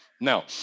Now